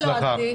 והצלחה.